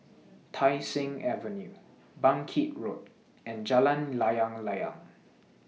Tai Seng Avenue Bangkit Road and Jalan Layang Layang